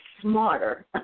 smarter